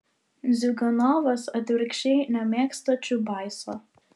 ziuganovas atvirkščiai nemėgsta čiubaiso